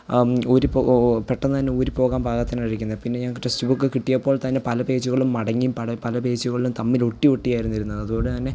ഊരി പോ പെട്ടെന്ന് തന്നെ ഊരി പോകാൻ പാകത്തിനാണ് ഇരിക്കുന്നത് പിന്നെ ഞങ്ങൾക്ക് ടെക്സ്റ്റ്ബുക്ക് കിട്ടിയപ്പോൾ തന്നെ പല പേജുകളും മടങ്ങി പല പേജുകളിലും തമ്മിൽ ഒട്ടി ഒട്ടി ആയിരുന്നു ഇരുന്നത് അതുകൊണ്ടുതന്നെ